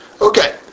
Okay